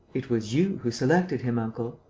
it was you who selected him, uncle.